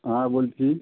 হ্যাঁ বলছি